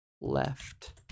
left